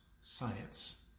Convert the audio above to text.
science